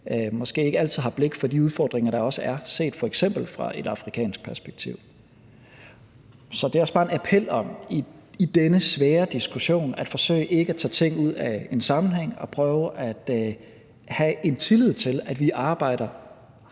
måske ikke altid har blik for de udfordringer, der er set fra f.eks. et afrikansk perspektiv. Så det er også bare i denne svære diskussion en appel om at forsøge ikke at tage ting ud af en sammenhæng og om at prøve at have en tillid til, at vi arbejder